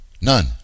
None